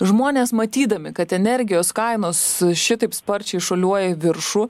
žmonės matydami kad energijos kainos šitaip sparčiai šuoliuoja į viršų